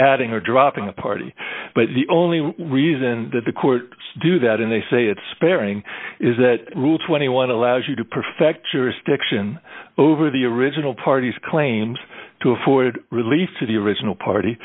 adding a drop in the party but the only reason that the court do that and they say it's sparing is that rule twenty one allows you to perfect your stiction over the original parties claims to afford relief to the original party